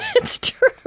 it's true.